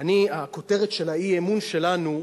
הכותרת של אי-האמון שלנו: